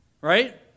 right